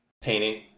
Painting